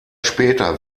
später